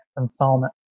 installment